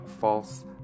false